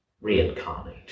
reincarnate